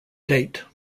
date